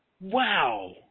wow